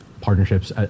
partnerships